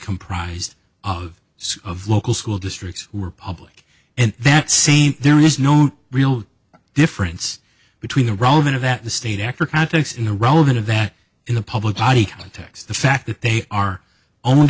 comprised of of local school districts were public and that same there is known real difference between the roman of that the state actor contacts in the relevant of that in the public body context the fact that they are owned